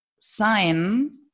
sign